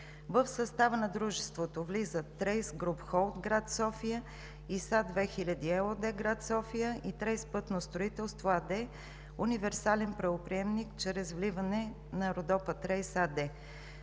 В състава на дружеството влизат „Трейс груп холд“, гр. София, „ИСА 2000“ ЕООД, гр. София, и „Трейс – пътно строителство“ АД, универсален правоприемник чрез вливане на „Родопа Трейс“ АД.